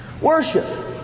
Worship